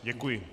Děkuji.